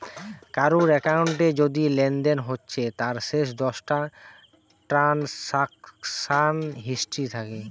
কারুর একাউন্টে যদি লেনদেন হচ্ছে তার শেষ দশটা ট্রানসাকশান হিস্ট্রি থাকে